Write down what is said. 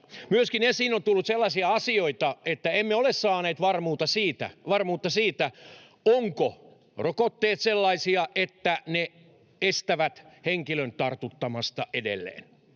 Myöskin on tullut esiin sellaisia asioita, että emme ole saaneet varmuutta siitä, ovatko rokotteet sellaisia, että ne estävät henkilöä tartuttamasta edelleen.